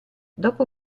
dopo